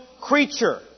creature